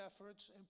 efforts